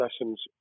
lessons